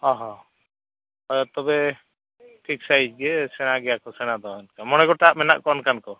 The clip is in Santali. ᱚ ᱦᱚᱸ ᱛᱚᱵᱮ ᱴᱷᱤᱠ ᱥᱟᱺᱦᱤᱡ ᱜᱮ ᱥᱮᱬᱟ ᱜᱮᱭᱟ ᱠᱚ ᱥᱮᱬᱟ ᱫᱚ ᱮᱱᱠᱷᱟᱱ ᱢᱚᱬᱮ ᱜᱚᱴᱟᱱ ᱢᱮᱱᱟᱜ ᱠᱚᱣᱟ ᱚᱱᱠᱟᱱ ᱠᱚ